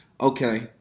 okay